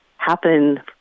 happen